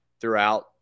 throughout